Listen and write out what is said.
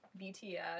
BTS